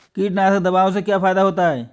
कीटनाशक दवाओं से क्या फायदा होता है?